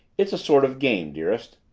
it's a sort of game, dearest.